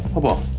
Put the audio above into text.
about